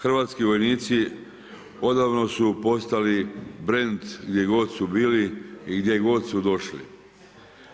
Hrvatski vojnici odavno su postali brend gdje god su bili i gdje god su došli.